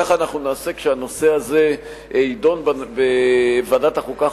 כך אנחנו נעשה כשהנושא הזה יידון בוועדת החוקה,